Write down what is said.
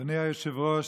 אדוני היושב-ראש,